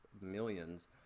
millions